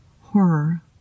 Horror